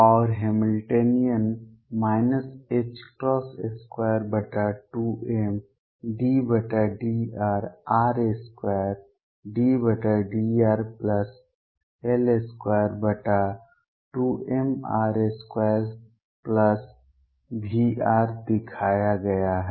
और Hamiltonian 22m∂r r2∂rL22mr2Vr दिखाया गया है